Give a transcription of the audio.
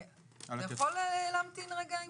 אתה יכול להמתין רגע עם זה?